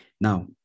Now